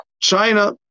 China